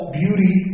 beauty